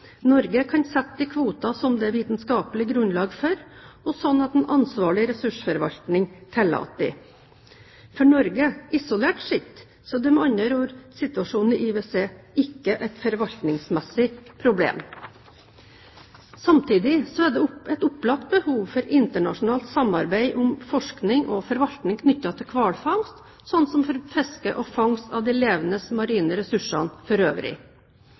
Norge kan sette de kvoter som det er vitenskaplig grunnlag for, og slik en ansvarlig ressursforvaltning tillater. For Norge, isolert sett, er med andre ord situasjonen i IWC ikke et forvaltningsmessig problem. Samtidig er det et opplagt behov for internasjonalt samarbeid om forskning og forvaltning knyttet til hvalfangst, slik som for fiske og fangst av de levende marine ressursene for øvrig.